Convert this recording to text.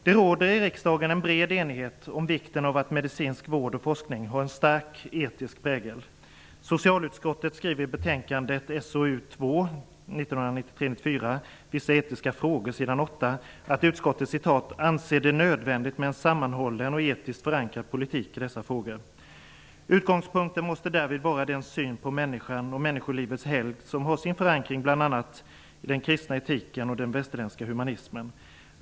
Det råder i riksdagen en bred enighet om vikten av att medicinsk vård och forskning har en starkt etisk prägel. Vissa Etiska Frågor sid 8, att utskottet ''anser det nödvändigt med en sammanhållen och etiskt förankrad politik i dessa frågor. Utgångspunkten måste därvid vara den syn på människan och på människolivets helgd som har sin förankring bl.a. i den kristna etiken och den västerländska humanismen.